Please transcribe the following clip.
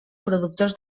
productors